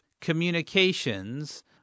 communications